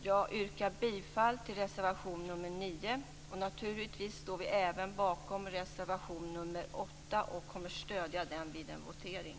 Jag yrkar bifall till reservation nr 9, och naturligtvis står vi även bakom reservation nr 8 och kommer att stödja den vid en votering.